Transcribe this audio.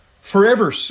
forever